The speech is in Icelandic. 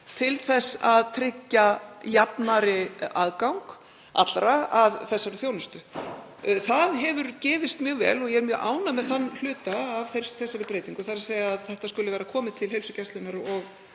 til þess að tryggja jafnari aðgang allra að þjónustunni. Það hefur gefist mjög vel og ég er mjög ánægð með þann hluta af þeirri breytingu, þ.e. að þetta skuli vera komið til heilsugæslunnar og